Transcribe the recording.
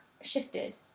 shifted